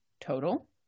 Total